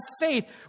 faith